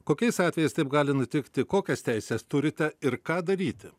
kokiais atvejais taip gali nutikti kokias teises turite ir ką daryti